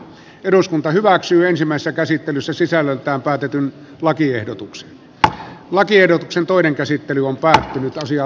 eduskunta päätettiin ensimmäisessä käsittelyssä sisällöltään päätetyn lakiehdotuksen lakiehdotuksen toinen käsittely on päättynyt osia